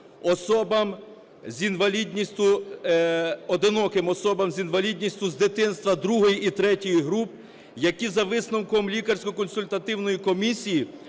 одиноким особам з інвалідністю з дитинства II і III груп, які за висновком лікарсько-консультативної комісії